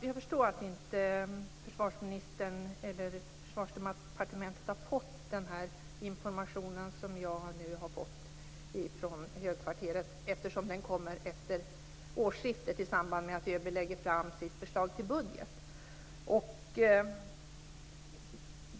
Jag förstår att Försvarsdepartementet inte har fått den information som jag har fått från högkvarteret, eftersom den kommer efter årsskiftet i samband med att ÖB lägger fram sitt förslag till budget.